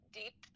deep